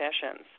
sessions